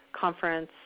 conference